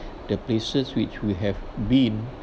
the places which we have been